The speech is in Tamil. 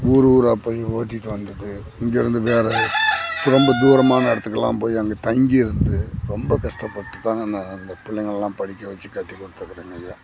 ஊரு ஊராக போயி ஓட்டிகிட்டு வந்துட்டு இங்கே இருந்து வேற ரொம்ப தூரமான இடத்துக்குலாம் போயி அங்கே தங்கி இருந்து ரொம்ப கஷ்டப்பட்டு தாங்க நான் இந்த பிள்ளைங்கள எல்லாம் படிக்க வெச்சு கட்டி கொடுத்துருக்கறேங்க ஐயா